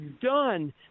done